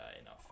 enough